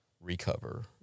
recover